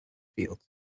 field